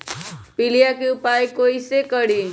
पीलिया के उपाय कई से करी?